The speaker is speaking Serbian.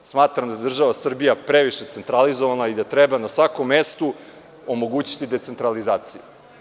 Smatram da je država Srbija previše centralizovana i da treba na svakom mestu omogućiti decentralizaciju.